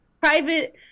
private